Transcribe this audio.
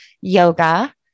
yoga